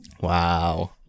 Wow